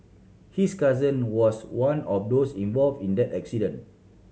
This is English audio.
his cousin was one of those involve in that accident